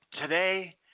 today